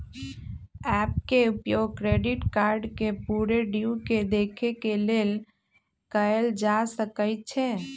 app के उपयोग credit card के पूरे ड्यू के देखे के लेल कएल जा सकइ छै